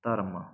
ਧਰਮ